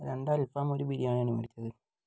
രണ്ട് അൽഫാമും ഒരു ബിരിയാണിയുമാണ് മേടിച്ചത്